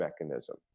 mechanism